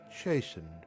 chastened